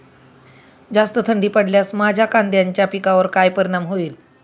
जास्त थंडी पडल्यास माझ्या कांद्याच्या पिकावर काय परिणाम होईल?